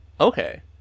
Okay